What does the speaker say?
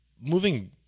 Moving